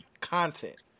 content